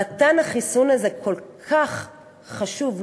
מתן החיסון הזה כל כך חשוב,